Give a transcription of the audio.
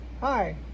Hi